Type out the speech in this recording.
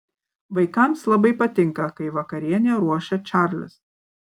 vaikams labai patinka kai vakarienę ruošia čarlis